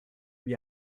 lui